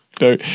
No